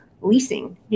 leasing